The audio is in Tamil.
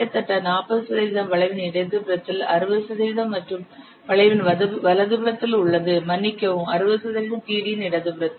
கிட்டத்தட்ட 40 சதவிகிதம் வளைவின் இடதுபுறத்தில் 60 சதவிகிதம் மற்றும் வளைவின் வலதுபுறத்தில் உள்ளது மன்னிக்கவும் 60 சதவிகிதம் TD யின் இடதுபுறத்தில்